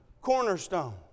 cornerstone